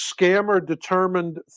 scammer-determined